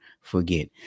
forget